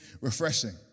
refreshing